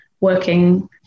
working